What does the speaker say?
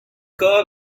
kerr